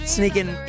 sneaking